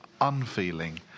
unfeeling